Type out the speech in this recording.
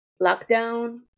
lockdown